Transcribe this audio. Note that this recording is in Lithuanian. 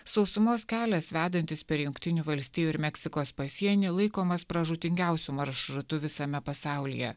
sausumos kelias vedantis per jungtinių valstijų ir meksikos pasienį laikomas pražūtingiausiu maršrutu visame pasaulyje